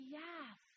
yes